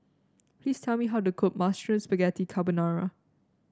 please tell me how to cook Mushroom Spaghetti Carbonara